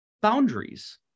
boundaries